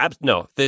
no